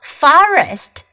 forest